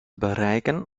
bereiken